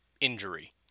injury